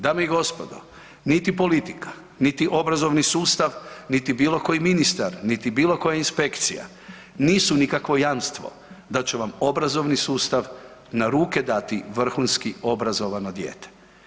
Dame i gospodo, niti politika, niti obrazovni sustav niti bilo koji ministar, niti bilo koja inspekcija nisu nikakvo jamstvo da će vam obrazovni sustav na ruke dati vrhunski obrazovano dijete.